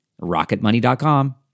Rocketmoney.com